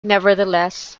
nevertheless